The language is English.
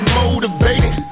motivated